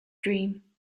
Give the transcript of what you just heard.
dream